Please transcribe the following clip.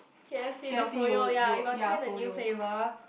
K_F_C the froyo ya you got try the new flavour